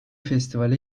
festivale